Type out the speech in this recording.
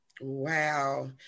Wow